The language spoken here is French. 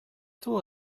tôt